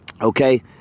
Okay